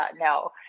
No